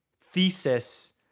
thesis